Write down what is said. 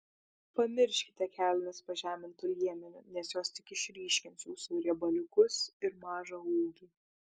pamirškite kelnes pažemintu liemeniu nes jos tik išryškins jūsų riebaliukus ir mažą ūgį